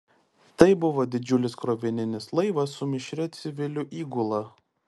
tai buvo didžiulis krovininis laivas su mišria civilių įgula